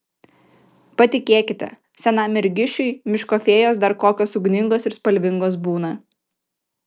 patikėkite senam mergišiui miško fėjos dar kokios ugningos ir spalvingos būna